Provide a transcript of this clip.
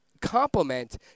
complement